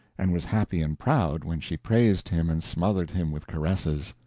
and was happy and proud when she praised him and smothered him with caresses.